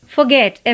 Forget